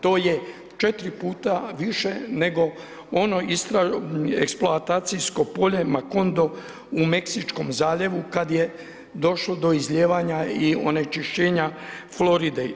To je 4 puta više nego ono eksploatacijsko polje Macondo u Meksičkom zaljevu, kad je došlo do izlijevanja i onečišćenja Floride.